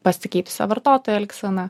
pasikeitusią vartotojo elgseną